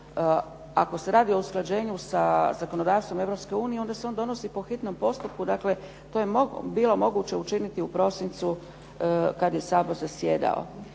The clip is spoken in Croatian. Ako se radi o usklađenju sa zakonodavstvom Europske unije, onda se on donosi po hitnom postupku, dakle to je bilo moguće učiniti u prosincu kada se Sabor zasjedao.